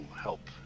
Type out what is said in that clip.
help